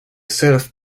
self